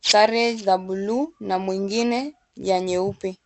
sare za blue na mwingine ya nyeupe.